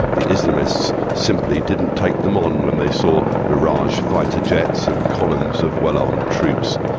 the islamists simply didn't take them on when they saw mirage fighter jets and columns of well-armed troops.